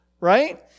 Right